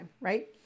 right